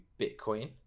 Bitcoin